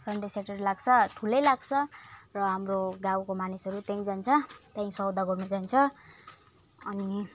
Sunday Saturday लाग्छ ठुलै लाग्छ र हाम्रो गाउँको मानिसहरू त्यहीँ जान्छ त्यहीँ सौदा गर्नु जान्छ अनि